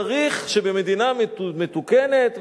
צריך שבמדינה מתוקנת,